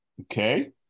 okay